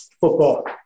football